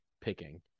picking